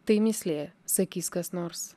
tai mįslė sakys kas nors